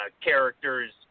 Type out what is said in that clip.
characters